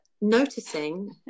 noticing